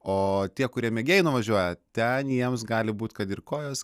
o tie kurie mėgėjai nuvažiuoja ten jiems gali būti kad ir kojos